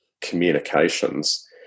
communications